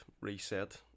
reset